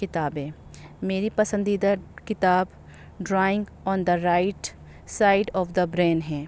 کتابیں میری پسندیدہ کتاب drawing on the right side of the brain ہے